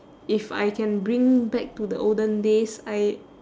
if I can bring back to the olden days I